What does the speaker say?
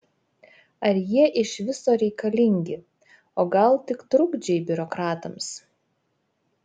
ar jie iš viso reikalingi o gal tik trukdžiai biurokratams